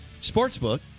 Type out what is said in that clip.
Sportsbook